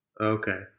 Okay